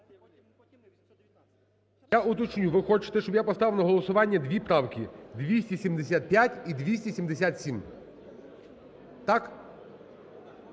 Я уточнюю. Ви хочете, щоб я поставив на голосування дві правки – 275 і 277. Так?